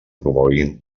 promoguin